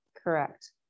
correct